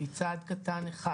היא צעד קטן אחד.